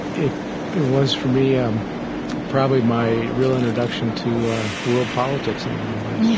it it was for me um probably my real introduction to world politics in a lot of ways yeah,